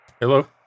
Hello